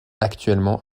actuellement